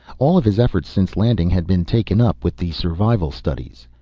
all of his efforts since landing had been taken up with the survival studies.